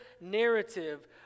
narrative